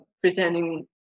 pretending